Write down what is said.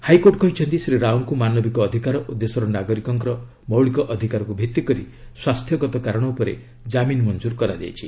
high court କହିଛନ୍ତି ଶ୍ରୀ ରାଓଙ୍କୁ ମାନବିକ ଅଧିକାର ଓ ଦେଶର ନାଗରିକଙ୍କ ମୌଳିକ ଅଧିକାରକୁ ଭିତ୍ତି କରି ସ୍ୱାସ୍ଥ୍ୟଗତ କାରଣ ଉପରେ ଜାମିନ୍ ମଞ୍ଜର କରାଯାଇଛି